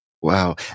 Wow